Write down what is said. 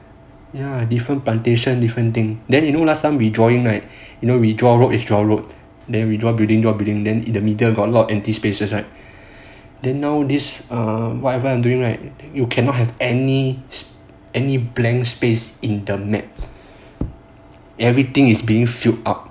ya different plantation different thing then you know last time we drawing night you know we draw road then we draw building we draw building then in the middle got a lot of empty spaces right then now nowadays whatever I'm doing right you cannot have any any blank space in the map everything is being filled up